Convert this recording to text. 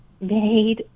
made